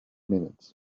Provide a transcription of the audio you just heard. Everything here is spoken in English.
minutes